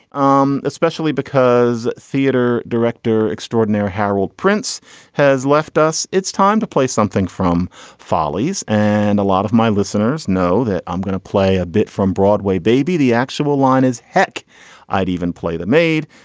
um especially because theatre director extraordinaire harold prince has left us it's time to play something from follies and a lot of my listeners know that i'm going to play a bit from broadway baby the actual line is. heck i'd even play the maid.